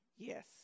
Yes